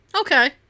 Okay